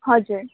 हजुर